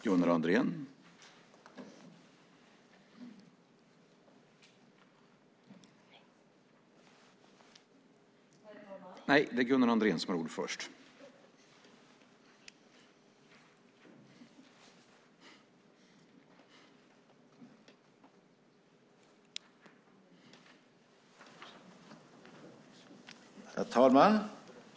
Herr talman!